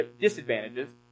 disadvantages